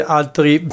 altri